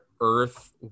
Earth